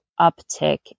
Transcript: uptick